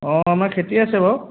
অঁ আমাৰ খেতি আছে বাৰু